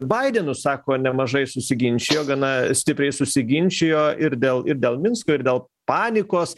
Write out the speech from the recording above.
baidenu sako nemažai susiginčijo gana stipriai susiginčijo ir dėl ir dėl minsko ir dėl panikos